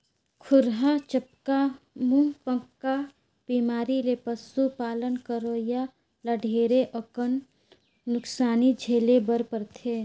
खुरहा चपका, मुहंपका बेमारी ले पसु पालन करोइया ल ढेरे अकन नुकसानी झेले बर परथे